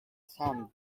thumb